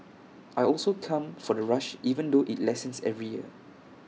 I also come for the rush even though IT lessens every year